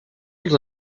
els